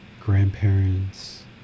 grandparents